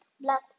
black